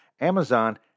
Amazon